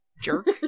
Jerk